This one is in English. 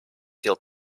feel